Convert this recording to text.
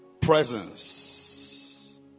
presence